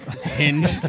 hint